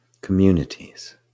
Communities